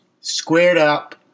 squared-up